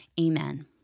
Amen